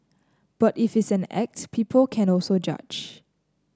but if it is an act people can also judge